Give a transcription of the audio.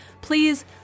please